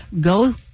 go